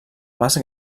mas